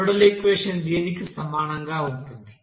model equation దీనికి సమానంగా ఉంటుంది